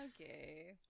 Okay